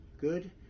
good